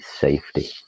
safety